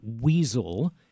weasel